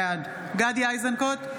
בעד גדי איזנקוט,